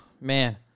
man